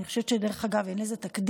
אני חושבת, דרך אגב, שאין לזה תקדים.